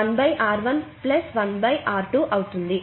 1 R1 1 R2 అవుతుంది